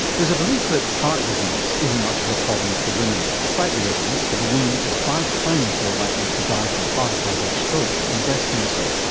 there's a belief that heart disease isn't much of a problem for women, despite the evidence that a woman is five times more likely to die from a heart attack or stroke than breast cancer.